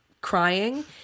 crying